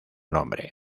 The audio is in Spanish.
nombre